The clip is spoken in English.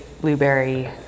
blueberry